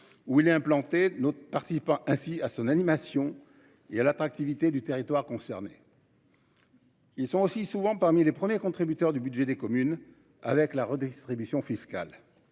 où il est implanté notre participant ainsi à son animation et à l'attractivité du territoire concerné. Ils sont aussi souvent parmi les premiers contributeurs du budget des communes avec la redistribution fiscale.